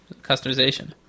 customization